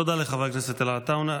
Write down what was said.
תודה לחבר הכנסת עטאונה.